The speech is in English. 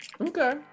Okay